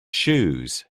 shoes